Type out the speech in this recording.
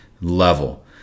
level